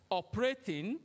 operating